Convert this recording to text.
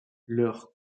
leur